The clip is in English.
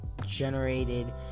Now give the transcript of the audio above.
generated